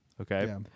okay